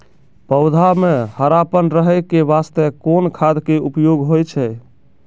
पौधा म हरापन रहै के बास्ते कोन खाद के उपयोग होय छै?